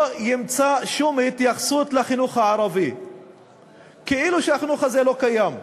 לא ימצא שום התייחסות לחינוך הערבי; כאילו החינוך הזה לא קיים.